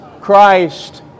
Christ